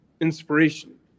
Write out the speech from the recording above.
Inspiration